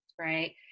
right